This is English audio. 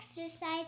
exercise